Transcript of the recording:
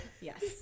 Yes